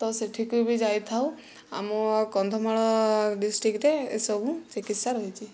ତ ସେଠାକୁ ବି ଯାଇଥାଉ ଆମ କନ୍ଧମାଳ ଡିଷ୍ଟ୍ରିକ୍ଟରେ ଏହି ସବୁ ଚିକିତ୍ସା ରହିଛି